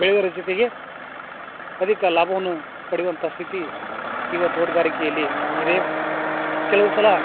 ಬೆಳೆದರ ಜೊತೆಗೆ ಅಧಿಕ ಲಾಭವನ್ನ ಪಡಿಯುವಂಥ ಸ್ಥಿತಿ ಈವ ತೋಟಗಾರಿಕೆಯಲ್ಲಿ ಇದೆ ಕೆಲವು ಸಲ